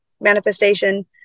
manifestation